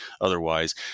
otherwise